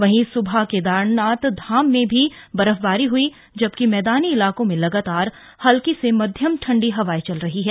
वहीं स्बह केदारनाथ धाम में भी बर्फबारी हई जबकि मैदानी इलाकों में लगातार हल्की से मध्यम ठंडी हवाएं चल रही हैं